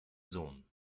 sohn